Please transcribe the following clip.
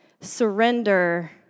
Surrender